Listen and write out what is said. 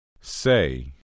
Say